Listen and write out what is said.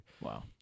Wow